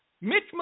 Mitch